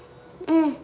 mm